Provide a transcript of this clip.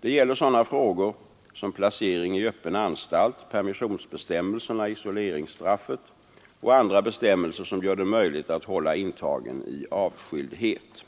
Det gäller sådana frågor som placering i öppen anstalt, permissionsbestämmelserna, isoleringsstraffet och andra bestämmelser som gör det möjligt att hålla intagen i avskildhet.